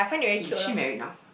is she married now